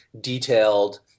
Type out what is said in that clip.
detailed